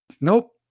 Nope